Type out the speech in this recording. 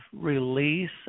release